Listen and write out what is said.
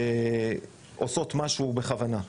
שהמעבדות עושות משהו בכוונה,